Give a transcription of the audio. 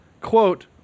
quote